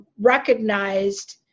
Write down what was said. recognized